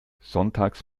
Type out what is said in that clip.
sonntags